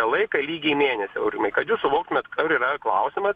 laiką lygiai mėnesį aurimai kad jūs suvoktumėt kur yra klausimas